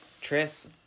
tris